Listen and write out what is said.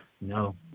No